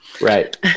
Right